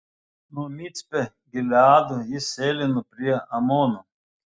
nuo micpe gileado jis sėlino prie amono